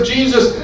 Jesus